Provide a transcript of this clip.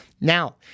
Now